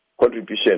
contribution